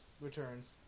Returns